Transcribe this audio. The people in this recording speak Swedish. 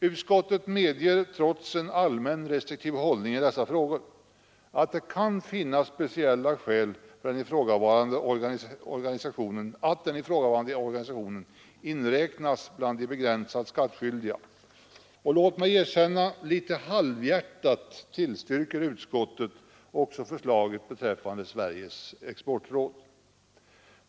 Utskottet medger, trots en allmänt restriktiv hållning i dessa frågor, att det kan finnas speciella skäl för att den ifrågavarande organisationen inräknas bland de begränsat skattskyldiga. Och — låt mig erkänna det — litet halvhjärtat tillstyrker utskottet också förslaget beträffande Sveriges exportråd.